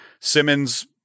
Simmons